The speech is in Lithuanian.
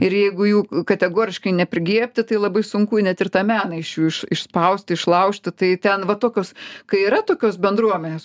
ir jeigu jų kategoriškai neprigriebti tai labai sunku net ir tą meną iš jų išspausti išlaužti tai ten va tokios kai yra tokios bendruomenės